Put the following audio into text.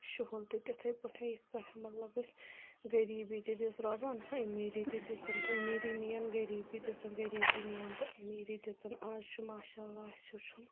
شہل تہِ تِتھٕے پٮ۪ٹھن یِتھ کٲٹھۍ مطلب أسۍ غریٖبی تہِ دِژٕ رۄبَن أمیٖری تہِ دِژَن أمیٖری نِیَن غریٖبی دِژٕنۍ غریٖبی نِیَن تہٕ امیٖر دِژَن آز چھُ ماشاءاللہ اَسہِ سُہ چھُنہٕ